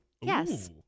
Yes